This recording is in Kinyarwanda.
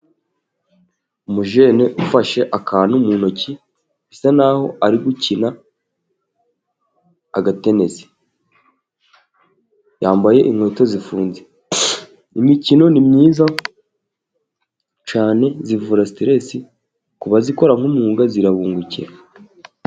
Umujene ufashe akantu mu ntoki, bisa n'aho ari gukina agatenesi, yambaye inkweto zifunze. Imikino ni myiza cyane, ivura siterese ku bayikora nk'umwuga irabungukira.